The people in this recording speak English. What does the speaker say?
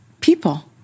people